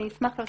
אני אשמח לדבר.